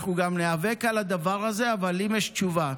אנחנו גם ניאבק על הדבר הזה, אבל האם יש תשובה?